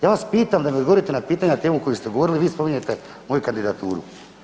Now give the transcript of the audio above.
Ja vas pitam da mi odgovorite na pitanje na temu koju ste govorili, vi spominjete moju kandidaturu.